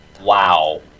Wow